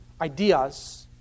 ideas